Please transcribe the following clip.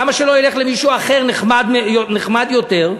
למה שלא ילך למישהו אחר, נחמד יותר?